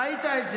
ראיתי.